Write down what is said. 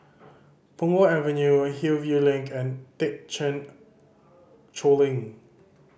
Punggol Avenue Hillview Link and Thekchen Choling